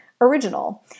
original